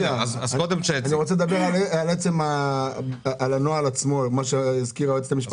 --- אני רוצה לדבר על הנוהל שהציגה היועצת המשפטית של הוועדה.